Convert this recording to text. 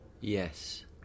Yes